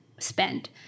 spend